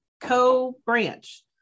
co-branch